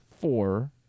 four